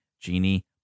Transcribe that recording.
Genie